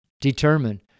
determine